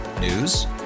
News